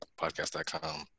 Podcast.com